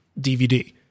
DVD